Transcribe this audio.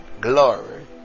Glory